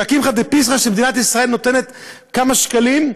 כשהקמחא דפסחא שמדינת ישראל נותנת כמה שקלים,